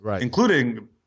including